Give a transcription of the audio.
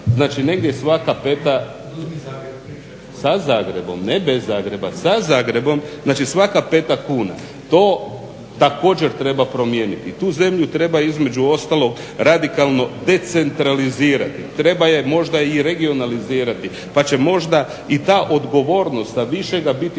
/Upadica se ne razumije./… Sa Zagrebom, ne bez Zagreba, sa Zagrebom, znači svaka peta kuna. To također treba promijeniti. Tu zemlju treba između ostalog radikalno decentralizirati, treba je možda i regionalizirati pa će možda i ta odgovornost sa višega biti